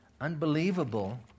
unbelievable